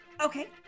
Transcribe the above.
Okay